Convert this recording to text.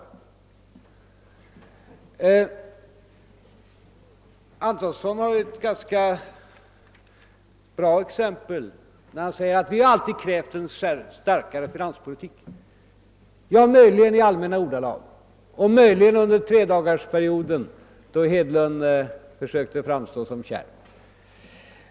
Herr Antonsson ger ett ganska bra exempel när han säger: »Vi har alltid krävt en fastare finanspolitik.» Ja, möjligen har ni gjort det i allmänna ordalag och möjligen under den tredagarsperiod, då herr Hedlund försökte framstå som kärv.